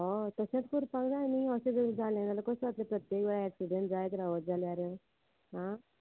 हय तशेंच करपाक जाय न्ही अशें जर जालें जाल्यार कसो आसलें प्रत्येक वेळ एक्सिडेंट जायत रावत जाल्यार आ